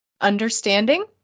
understanding